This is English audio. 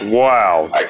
wow